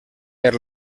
per